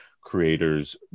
creators